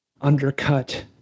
undercut